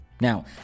Now